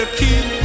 keep